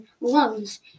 lungs